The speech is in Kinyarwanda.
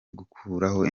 gukuraho